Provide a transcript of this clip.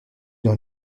dans